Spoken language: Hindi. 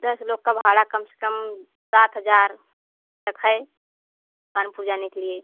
दस लोग का भाड़ा कम से कम सात हजार तक है कानपुर जाने के लिए